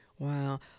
Wow